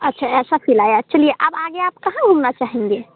अच्छा ऐसा फ़ील आया चलिए अब आगे आप कहाँ घूमना चाहेंगे